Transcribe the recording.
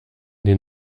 den